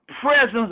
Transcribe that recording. presence